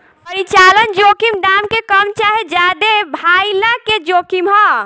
परिचालन जोखिम दाम के कम चाहे ज्यादे भाइला के जोखिम ह